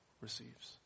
receives